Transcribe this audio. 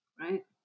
right